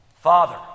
Father